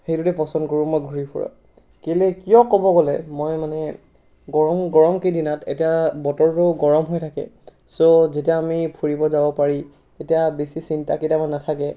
সেইটোকে পচন্দ কৰোঁ মই ঘূৰি ফুৰা কেলে কিয় ক'ব গ'লে মই মানে গৰম গৰম কেইদিনত এতিয়া বতৰটো গৰম হৈ থাকে ছ' যেতিয়া আমি ফুৰিব যাব পাৰি তেতিয়া বেছি চিন্তা কেতিয়াবা নাথাকে